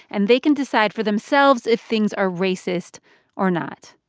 and they can decide for themselves if things are racist or not.